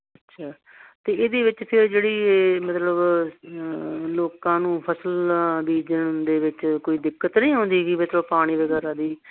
ਅੱਛਾ ਅਤੇ ਇਹਦੇ ਵਿੱਚ ਫਿਰ ਜਿਹੜੀ ਇਹ ਮਤਲਬ ਲੋਕਾਂ ਨੂੰ ਫ਼ਸਲਾਂ ਬੀਜਣ ਦੇ ਵਿੱਚ ਕੋਈ ਦਿੱਕਤ ਤਾਂ ਨਹੀਂ ਆਉਂਦੀ ਵੀ ਕੋਈ ਪਾਣੀ ਵਗੈਰਾ ਦੀ